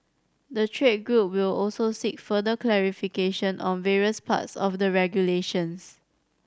the trade group will also seek further clarification on various parts of the regulations